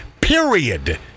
Period